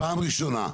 פעם ראשונה.